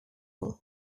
goole